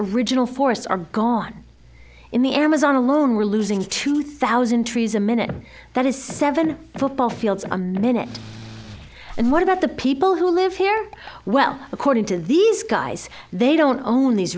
original forests are gone in the amazon alone we're losing two thousand trees a minute that is seven football fields a minute and what about the people who live here well according to these guys they don't own these